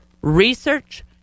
Research